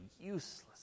useless